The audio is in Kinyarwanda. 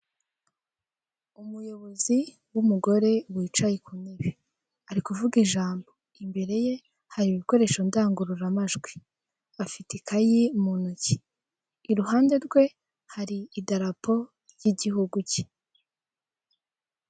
Umuyobozi w'umugore wicaye ku ntebe ari kuvuga ijambo imbere ye hari ibikoresho ndangururamajwi afite ikayi mu ntoki iruhande rwe hari idarapo ry'igihugu cye.